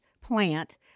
plant